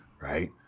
Right